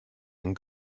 and